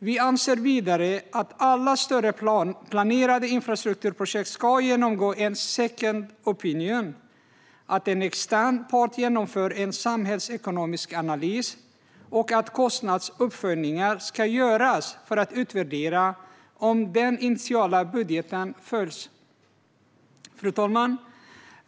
Vi anser vidare att alla större planerade infrastrukturprojekt ska genomgå en second opinion, det vill säga att en extern part genomför en samhällsekonomisk analys, och att kostnadsuppföljningar ska göras för att utvärdera om den initiala budgeten följs. Fru talman!